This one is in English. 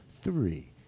Three